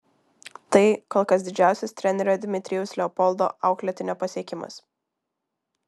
tai kol kas didžiausias trenerio dmitrijaus leopoldo auklėtinio pasiekimas